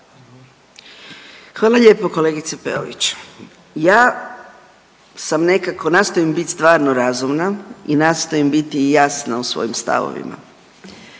Hvala lijepo kolegice Peović. Ja sam nekako, nastojim bit stvarno razumna i nastojim biti jasna u svojim stavovima.